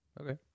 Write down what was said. okay